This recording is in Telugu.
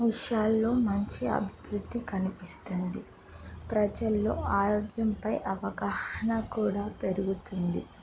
విషయాల్లో మంచి అభివృద్ధి కనిపిస్తుంది ప్రజల్లో ఆరోగ్యంపై అవగాహన కూడా పెరుగుతుంది